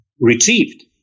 retrieved